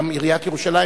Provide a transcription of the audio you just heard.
גם עיריית ירושלים,